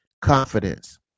confidence